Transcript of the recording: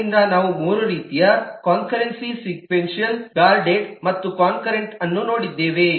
ಆದ್ದರಿಂದ ನಾವು ಮೂರು ರೀತಿಯ ಕನ್ಕರೆನ್ಸಿ ಸಿಕ್ವೇನ್ಸಿಯಲ್ ಗಾರ್ಡೆಡ್ ಮತ್ತು ಕೋನ್ಕರೆಂಟ್ ಅನ್ನು ನೋಡಿದ್ದೇವೆ